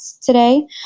today